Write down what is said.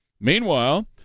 Meanwhile